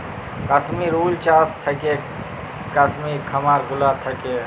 Kashmir wool চাস থাকেক কাশ্মির খামার গুলা থাক্যে